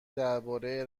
درباره